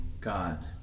God